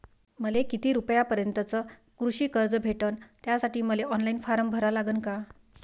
मले किती रूपयापर्यंतचं कृषी कर्ज भेटन, त्यासाठी मले ऑनलाईन फारम भरा लागन का?